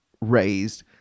raised